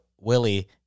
Willie